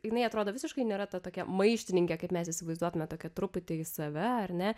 jinai atrodo visiškai nėra ta tokia maištininkė kaip mes įsivaizduotume tokia truputį į save ar ne